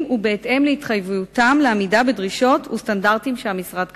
ובהתאם להתחייבותם לעמידה בדרישות ובסטנדרטים שהמשרד קבע.